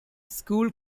school